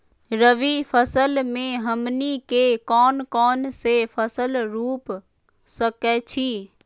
रबी फसल में हमनी के कौन कौन से फसल रूप सकैछि?